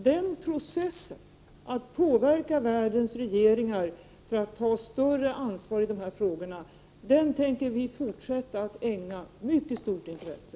Den process som det innebär att påverka världens regeringar för att ta större ansvar i dessa frågor tänker vi fortsätta att ägna mycket stort intresse.